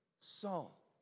Saul